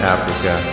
Africa